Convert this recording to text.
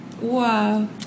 Wow